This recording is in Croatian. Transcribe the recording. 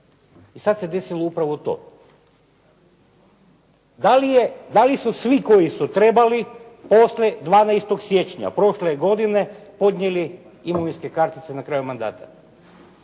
I sad se desilo upravo to. Da li su svi koji su trebali poslije 12. siječnja prošle godine podnijeli imovinske kartice na kraju mandata?